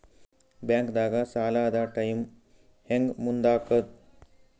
ಬ್ಯಾಂಕ್ದಾಗ ಸಾಲದ ಟೈಮ್ ಹೆಂಗ್ ಮುಂದಾಕದ್?